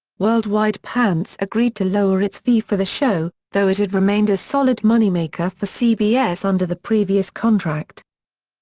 worldwide pants agreed to lower its fee for the show, though it had remained a solid moneymaker for cbs under the previous contract.